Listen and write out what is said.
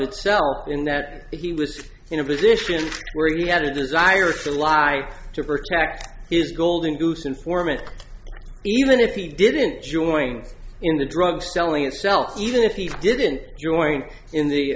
itself in that he was in a position where he had a desire for a lie to protect his golden goose informant even if he didn't join in the drug selling itself even if he didn't join in the